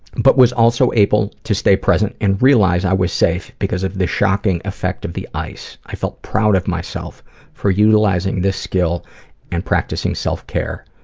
but was also able to stay present and realize i was safe because of the shocking effect of the ice. i felt proud of myself for utilizing this skill and practicing self care.